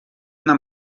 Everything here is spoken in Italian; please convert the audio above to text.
una